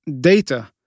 data